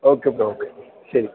okay bro ശരി